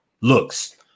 looks